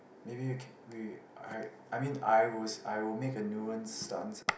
maybe we can we I I mean I will I will make a nuance stance ah